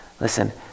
Listen